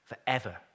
forever